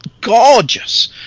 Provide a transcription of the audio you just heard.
gorgeous